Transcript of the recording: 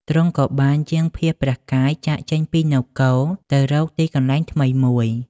ទ្រង់ក៏បានយាងភៀសព្រះកាយចាកចេញពីនគរ ទៅរកទីកន្លែងថ្មីមួយ។